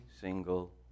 single